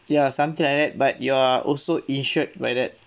ya something like that but you're also insured by that